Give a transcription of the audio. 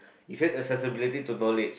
He said accessibility to knowledge